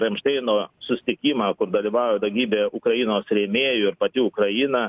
ramšteino susitikimą kur dalyvauja daugybė ukrainos rėmėjų ir pati ukraina